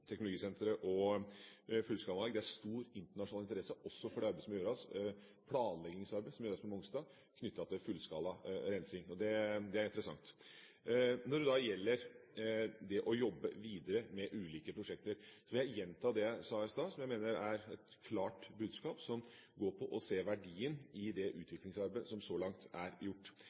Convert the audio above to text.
teknologisenteret og fullskala rensing. Det er stor internasjonal interesse også for det planleggingsarbeidet som gjøres på Mongstad knyttet til fullskala rensing. Det er interessant. Når det gjelder det å jobbe videre med ulike prosjekter, vil jeg gjenta det jeg sa i stad, som jeg mener er et klart budskap, som går på å se verdien i det utviklingsarbeidet som så langt er gjort.